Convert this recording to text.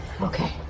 okay